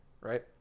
right